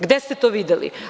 Gde ste to videli?